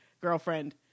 girlfriend